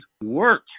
work